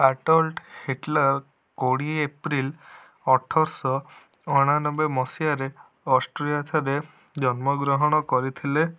Adolf Hitler କୋଡ଼ିଏ April ଅଠରଶହ ଅଣାନବେ ମସିହାରେ ଅଷ୍ଟ୍ରିଆଠାରେ ଜନ୍ମଗ୍ରହଣ କରିଥିଲେ